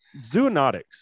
zoonotics